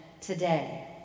today